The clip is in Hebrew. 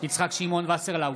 יצחק שמעון וסרלאוף,